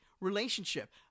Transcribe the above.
relationship